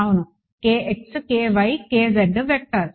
అవును వెక్టర్